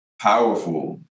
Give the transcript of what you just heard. powerful